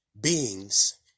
beings